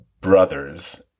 brothers